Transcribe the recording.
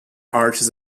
arches